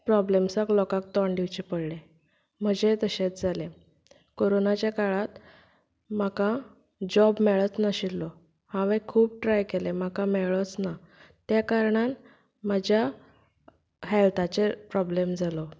प्रॉमबल्मसांक लोकांक तोंड दिवचें पडलें म्हजेंय तशेंच जालें कोरोनाच्या काळांत म्हाका जॉब मेळच नाशिल्लो हावें खूब ट्राय केलें म्हाका मेळच ना त्या कारणान म्हज्या हॅल्थाचेर प्रॉबलम जालो